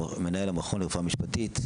מנהל המכון לרפואה משפטית.